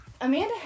Amanda